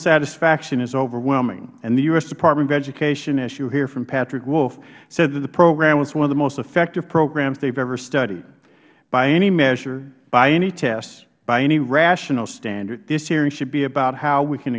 satisfaction is overwhelming and the u s department of education as you will hear from patrick wolf said that the program was one of the most effective programs they have ever studied by any measure by any test by any rational standard this hearing should be about how we can